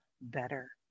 better